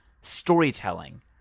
storytelling